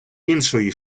іншої